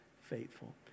faithful